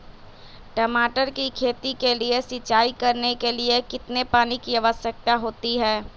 टमाटर की खेती के लिए सिंचाई करने के लिए कितने पानी की आवश्यकता होती है?